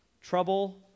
Trouble